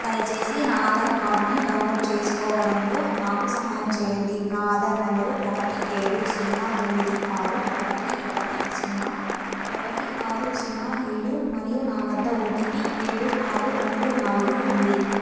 దయచేసి నా ఆధార్ కార్డ్ని డౌన్లోడ్ చేసుకోవడంలో నాకు సహాయం చేయండి నా ఆధార్ నెంబర్ ఒకటి ఏడు సున్న తొమ్మిది ఆరు ఒకటి ఒకటి సున్న ఒకటి ఆరు సున్న ఏడు మరియు నా వద్ద ఓటిపీ ఏడు ఆరు రెండు నాలుగు ఉంది